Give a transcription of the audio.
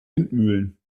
windmühlen